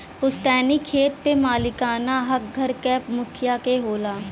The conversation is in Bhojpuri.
पुस्तैनी खेत पे मालिकाना हक घर क मुखिया क होला